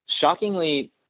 shockingly